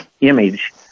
image